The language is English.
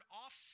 off